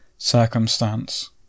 circumstance